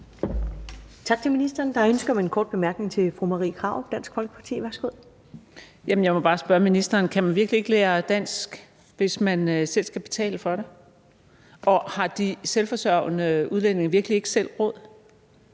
Tak til ministeren. Der er ønske om en kort bemærkning fra fru Marie Krarup, Dansk Folkeparti. Værsgo. Kl. 14:02 Marie Krarup (DF): Jeg må bare spørge ministeren: Kan man virkelig ikke lære dansk, hvis man selv skal betale for det? Og har de selvforsørgende udlændinge virkelig ikke selv råd?